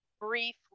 briefly